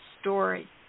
Story